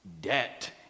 debt